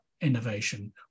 innovation